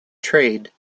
trade